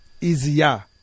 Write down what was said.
Easier